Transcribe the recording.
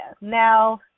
Now